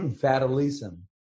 fatalism